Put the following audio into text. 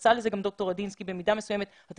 והתייחסה לזה במידה מסוימת גם דוקטור רדינסקי.